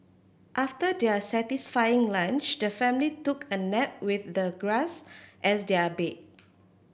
after their satisfying lunch the family took a nap with the grass as their bed